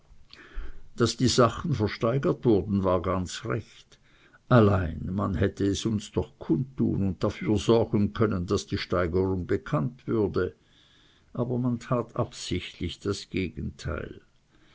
daß die sachen versteigert wurden war ganz recht allein man hätte es uns doch kundtun und dafür sorgen können daß die steigerung bekannt würde aber man tat absichtlich das gegenteil